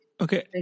Okay